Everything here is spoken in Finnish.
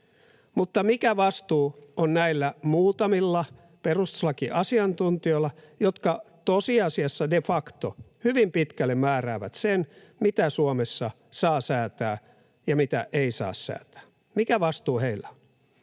Mutta mikä vastuu on näillä muutamilla perustuslakiasiantuntijoilla, jotka tosiasiassa, de facto, hyvin pitkälle määräävät sen, mitä Suomessa saa säätää ja mitä ei saa säätää? Mikä vastuu heillä on?